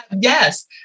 Yes